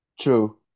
True